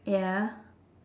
ya